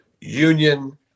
union